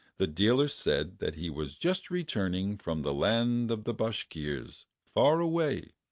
the dealer said that he was just returning from the land of the bashkirs, far away,